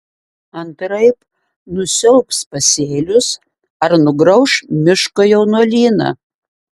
antraip nusiaubs pasėlius ar nugrauš miško jaunuolyną